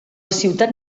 ciutat